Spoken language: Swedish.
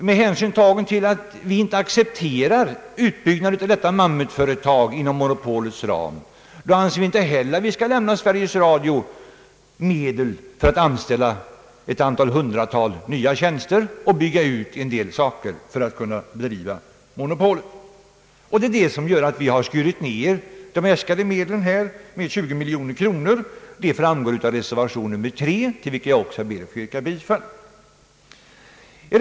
Med hänsyn till att vi inte accepterar utbyggnad av detta mammutföretag inom monopolets ram anser vi inte heller att vi skall lämna Sveriges Radio medel för att anställa ett hundratal nya tjänstemän och göra viss utbyggnad för att kunna bedriva sin monopolverksamhet. Därför har vi skurit ned de äskade medlen med 20 miljoner kronor, vilket framgår av reservation 3, som jag också ber att få yrka bifall till.